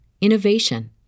innovation